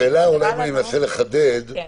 אני אנסה לחדד את השאלה.